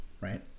Right